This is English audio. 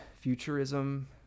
futurism